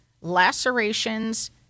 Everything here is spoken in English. lacerations